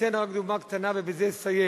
אתן רק דוגמה קטנה ובזה אסיים: